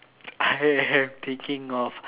I am thinking of